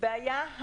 הבעיה,